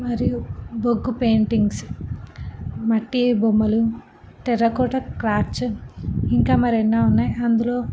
మరియు బొగ్గు పెయింటింగ్స్ మట్టి బొమ్మలు టెర్రకోట క్రాఫ్ట్స్ ఇంకా మరెన్నో ఉన్నాయి అందులో